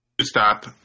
stop